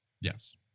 Yes